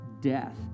death